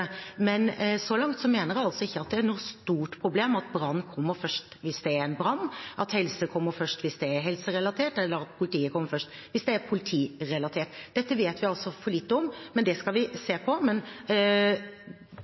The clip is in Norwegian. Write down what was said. Men så langt mener jeg altså ikke at det er noe stort problem at brann kommer først hvis det er en brann, at helse kommer først hvis det er helserelatert, eller at politiet kommer først hvis det er politirelatert. Dette vet vi altså for lite om, men det skal vi